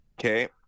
okay